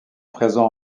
présent